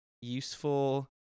useful